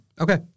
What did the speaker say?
Okay